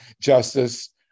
justice